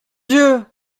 dieu